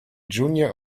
junior